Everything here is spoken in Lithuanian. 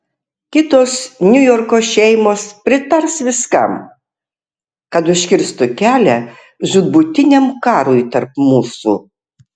kitos niujorko šeimos pritars viskam kad užkirstų kelią žūtbūtiniam karui tarp mūsų